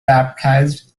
baptized